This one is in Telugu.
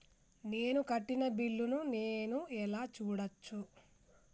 నేను కట్టిన బిల్లు ను నేను ఎలా చూడచ్చు?